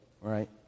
right